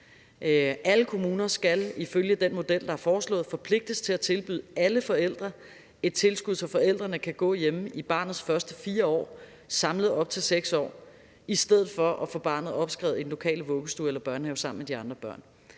Alle kommuner skal ifølge den model, der er foreslået, forpligtes til at tilbyde alle forældre et tilskud, så forældrene kan gå hjemme i barnets første 4 år – samlet op til 6 år – i stedet for at få barnet opskrevet i den lokale vuggestue eller børnehave sammen med de andre børn.